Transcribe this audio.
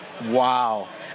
Wow